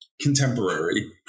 contemporary